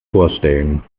vorstellen